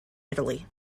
italy